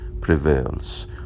prevails